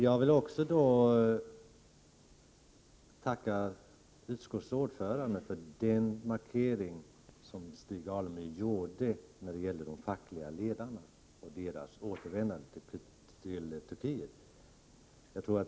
Jag vill också tacka utskottets ordförande Stig Alemyr för den markering han gjorde när det gäller de fackliga ledarna och deras återvändande till Turkiet.